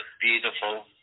beautiful